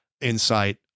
insight